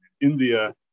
India